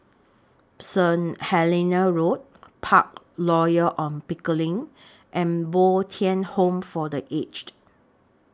Saint Helena Road Park Royal on Pickering and Bo Tien Home For The Aged